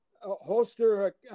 holster